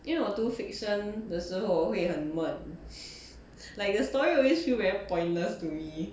因为我读 fiction 的时候会很闷 like the story always feel very pointless to me